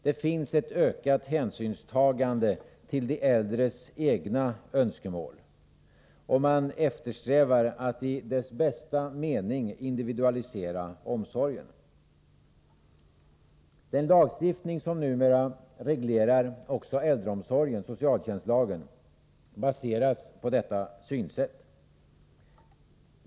Det finns ett ökat hänsynstagande till de äldres egna önskemål, och man eftersträvar att i begreppets bästa mening individualisera omsorgen. Den lagstiftning som numera reglerar också äldreomsorgen — socialtjänstlagen — baseras på dessa synsätt.